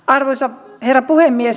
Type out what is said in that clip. arvoisa herra puhemies